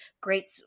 great